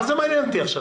מה זה מעניין אותי עכשיו?